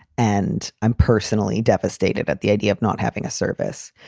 and i'm personally devastated at the idea of not having a service.